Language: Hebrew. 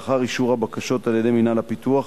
לאחר אישור הבקשות על-ידי מינהל הפיתוח